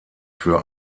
für